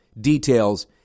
details